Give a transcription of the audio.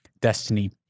destiny